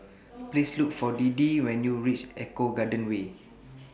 Please Look For Deedee when YOU REACH Eco Garden Way